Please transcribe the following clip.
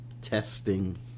testing